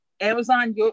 Amazon